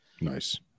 Nice